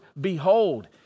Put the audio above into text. behold